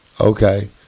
Okay